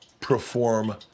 perform